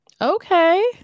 Okay